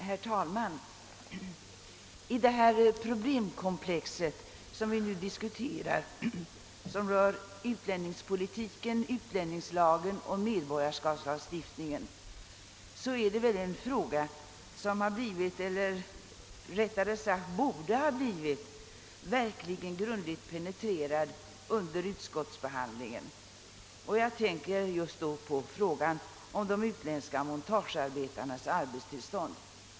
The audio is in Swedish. Herr talman! I det problemkomplex som vi nu diskuterar och som rör utlänningspolitiken, utlänningslagen och medborgarskapslagstiftningen är det väl en fråga som blivit, eller rättare sagt borde ha blivit, verkligt penetrerad under utskottsbehandlingen, nämligen frågan om de utländska montagearbetarnas arbetstillstånd.